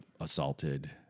assaulted